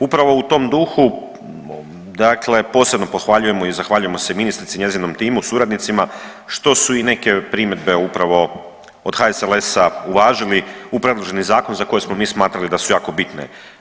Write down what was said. Upravo u tom duhu posebno pohvaljujemo i zahvaljujemo se ministrici, njezinom timu suradnicima što su i neke primjedbe upravo od HSLS-a uvažili u predloženi zakon za koje smo mi smatrali da su jako bitne.